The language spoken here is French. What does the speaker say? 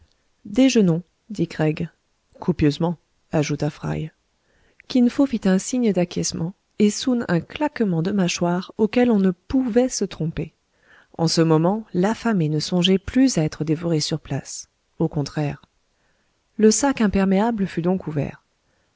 déjeunons dit craig copieusement ajouta fry kin fo fit un signe d'acquiescement et soun un claquement de mâchoires auquel on ne pouvait se tromper en ce moment l'affamé ne songeait plus à être dévoré sur place au contraire le sac imperméable fut donc ouvert